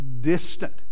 distant